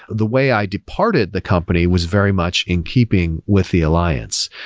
the way i departed the company was very much in keeping with the alliance.